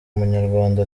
umunyarwanda